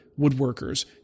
woodworkers